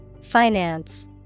Finance